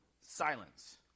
silence